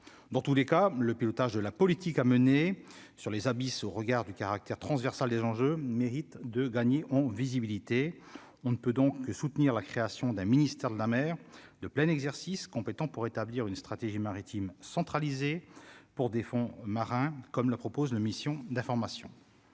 dans tous les cas, le pilotage de la politique à mener sur les abysses au regard du caractère transversal des enjeux méritent de gagner en visibilité, on ne peut donc soutenir la création d'un ministère de la mer de plein exercice, compétent pour établir une stratégie maritime centralisé pour des fonds marins, comme le propose la mission d'information